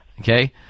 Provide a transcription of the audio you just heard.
Okay